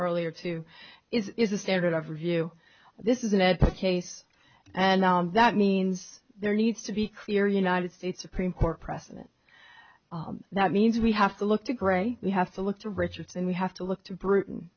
earlier too is a standard of review this is an ed case and that means there needs to be clear united states supreme court precedent that means we have to look to grey we have to look to richardson we have to look to britain